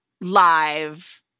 live